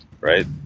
right